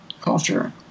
culture